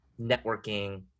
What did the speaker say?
networking